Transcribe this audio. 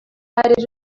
área